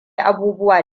abubuwa